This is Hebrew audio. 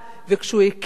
וכשהוא הקים,